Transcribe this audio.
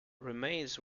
remains